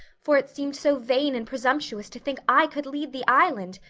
for it seemed so vain and presumptuous to think i could lead the island.